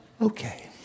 Okay